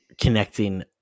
connecting